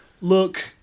Look